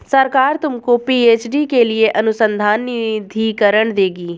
सरकार तुमको पी.एच.डी के लिए अनुसंधान निधिकरण देगी